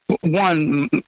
one